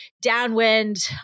downwind